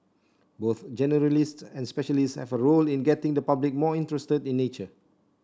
both generalists and specialists have a role in getting the public more interested in nature